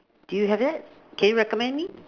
do you have that can you recommend me